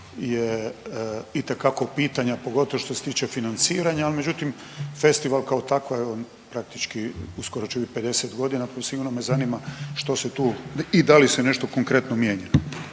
je itekako pitanja pogotovo što se tiče financiranja, ali međutim festival kao takva evo praktički će biti 50 godina pa sigurno me zanima što se tu i da li nešto konkretno mijenja.